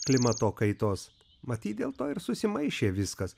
klimato kaitos matyt dėl to ir susimaišė viskas